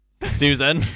Susan